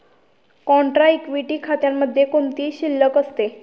Contra equity खात्यामध्ये कोणती शिल्लक असते?